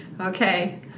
okay